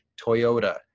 Toyota